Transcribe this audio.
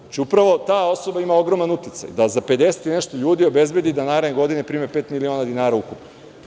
Znači, upravo ta osoba ima ogroman uticaj da za 50 i nešto ljudi obezbedi da narednih godina primaju pet miliona dinara ukupno.